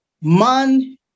man